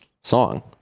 song